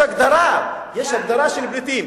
יש הגדרה של פליטים.